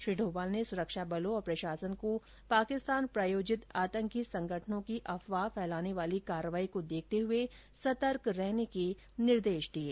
श्री डोभाल ने सुरक्षा बलों और प्रशासन को पाकिस्तान प्रायोजित आतंकी संगठनों की अफवाह फैलाने वाली कार्रवाई को देखते हुए सतर्क रहने के निर्देश दिये